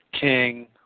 King